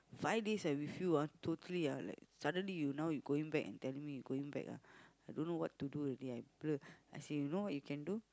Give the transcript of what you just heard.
five days I with you ah totally ah like suddenly you now you going back and tell me you going back ah I don't know what to do already I blur I say you know what you can do